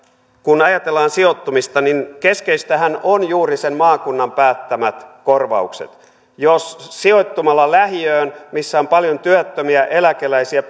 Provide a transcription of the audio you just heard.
kun ajatellaan sijoittumista niin keskeistähän on juuri sen maakunnan päättämät korvaukset jos sijoittumalla lähiöön missä on paljon työttömiä eläkeläisiä